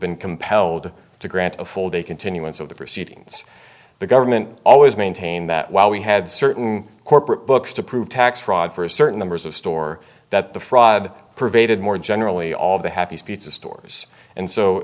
been compelled to grant a full day continuance of the proceedings the government always maintained that while we had certain corporate books to prove tax fraud for a certain numbers of store that the fraud pervaded more generally all the happy pizza stores and so